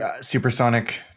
supersonic